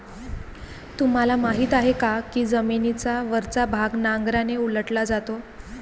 तुम्हाला माहीत आहे का की जमिनीचा वरचा भाग नांगराने उलटला जातो?